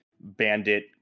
bandit